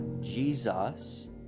Jesus